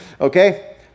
Okay